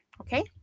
okay